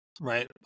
right